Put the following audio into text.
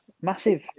massive